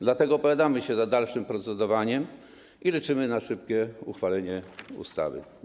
Dlatego opowiadamy się za dalszym procedowaniem i liczymy na szybkie uchwalenie ustawy.